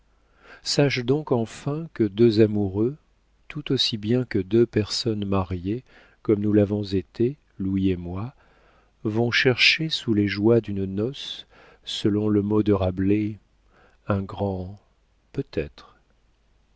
sache donc enfin que deux amoureux tout aussi bien que deux personnes mariées comme nous l'avons été louis et moi vont chercher sous les joies d'une noce selon le mot de rabelais un grand peut-être